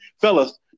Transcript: fellas